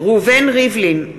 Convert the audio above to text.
ראובן ריבלין,